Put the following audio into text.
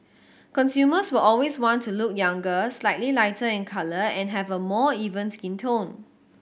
consumers will always want to look younger slightly lighter in colour and have a more even skin tone